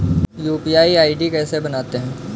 UPI ID कैसे बनाते हैं?